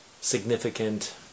significant